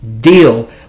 deal